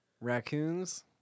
Raccoons